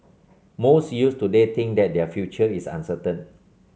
most youths today think that their future is uncertain